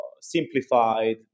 simplified